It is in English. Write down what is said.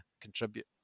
contribute